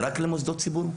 למוסדות ציבור?